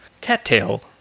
cattail